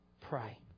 pray